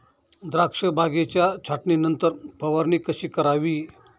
द्राक्ष बागेच्या छाटणीनंतर फवारणी कशी करावी?